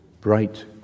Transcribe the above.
bright